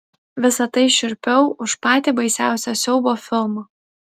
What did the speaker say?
visa tai šiurpiau už patį baisiausią siaubo filmą